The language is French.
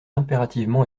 impérativement